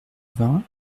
vingts